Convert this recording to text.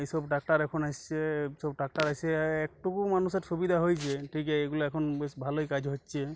এসব ট্রাক্টর এখন এসছে এসব ট্রাক্টর এসে একটুকু মানুষের সুবিধা হয়েছে ঠিক এইগুলো এখন বেশ ভালোই কাজ হচ্ছে